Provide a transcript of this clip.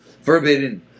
forbidden